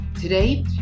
Today